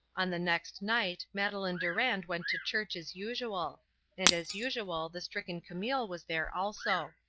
on the next night madeleine durand went to church as usual and as usual the stricken camille was there also.